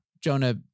Jonah